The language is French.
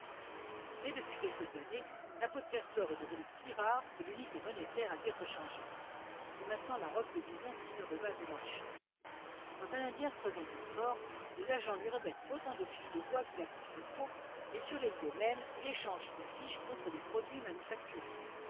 mais depuis quelques années la peau de castor est devenue si rare que l'unité monétaire a dû être changée c'est maintenant la robe de bison qui sert de base aux marchés quand un indien se présente au fort les agents lui remettent autant de fiches de bois qu'il apporte de peaux et sur les lieux mêmes il échange ces fiches contre des produits manufacturés